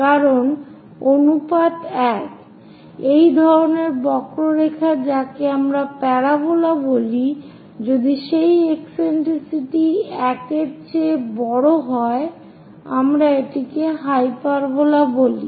কারণ অনুপাত 1 এই ধরনের বক্ররেখা যাকে আমরা প্যারাবোলা বলি যদি সেই একসেন্ট্রিসিটি 1 এর চেয়ে বড় হয় আমরা এটিকে হাইপারবোলা বলি